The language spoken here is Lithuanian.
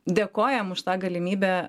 dėkojam už tą galimybę